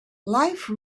life